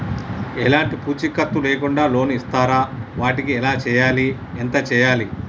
ఎలాంటి పూచీకత్తు లేకుండా లోన్స్ ఇస్తారా వాటికి ఎలా చేయాలి ఎంత చేయాలి?